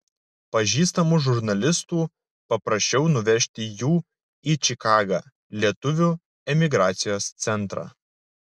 pažįstamų žurnalistų paprašiau nuvežti jų į čikagą lietuvių emigracijos centrą